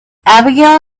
abigail